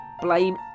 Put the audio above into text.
Blame